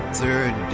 third